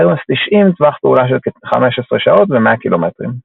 להרמס 90 טווח פעולה של כ-15 שעות ו-100 ק"מ.